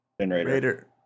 Generator